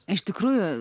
iš tikrųjų